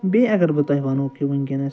بیٚیہِ اَگر بہٕ تۄہہِ وَنہو کہِ وُنٛکیٚس